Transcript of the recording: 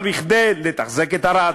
אבל כדי לתחזק את ערד,